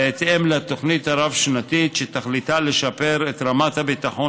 בהתאם לתוכנית הרב-שנתית שתכליתה לשפר את רמת הביטחון